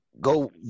Go